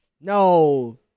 no